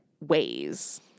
ways